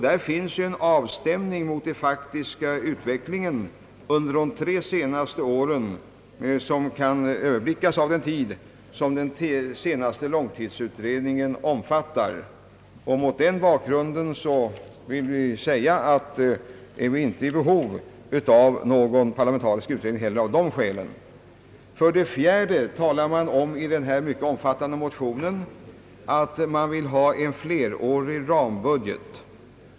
Där finns en avstämning mot den faktiska utvecklingen under de tre senaste åren — den period som kan överblickas av den tid som den senaste långtidsutredningen omfattar. Inte heller av de skälen är vi i behov av en parlamentarisk utredning. För det fjärde sägs i denna mycket omfattande motion att man vill ha en flerårig rambudget.